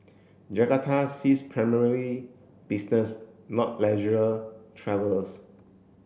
Jakarta sees primarily business not leisure travellers